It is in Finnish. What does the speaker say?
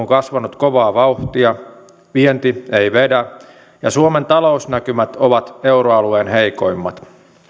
kasvanut kovaa vauhtia vienti ei vedä ja suomen talousnäkymät ovat euroalueen heikoimmat